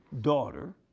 daughter